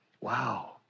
Wow